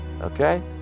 okay